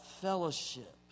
fellowship